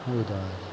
ಹೌದಾ